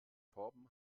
torben